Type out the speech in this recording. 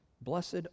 Blessed